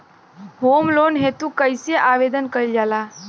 Home loan हेतु कइसे आवेदन कइल जाला?